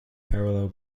parallel